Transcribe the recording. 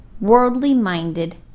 worldly-minded